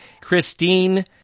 Christine